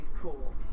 cool